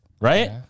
right